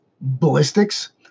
ballistics